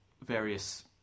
various